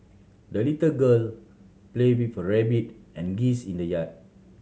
the little girl played with her rabbit and geese in the yard